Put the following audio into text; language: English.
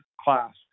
class